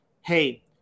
Hey